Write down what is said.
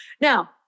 Now